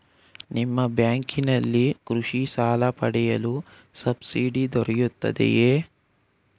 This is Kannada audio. ನಿಮ್ಮ ಬ್ಯಾಂಕಿನಲ್ಲಿ ಕೃಷಿ ಸಾಲ ಪಡೆಯಲು ಸಬ್ಸಿಡಿ ದೊರೆಯುತ್ತದೆಯೇ?